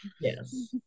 Yes